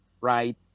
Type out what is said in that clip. right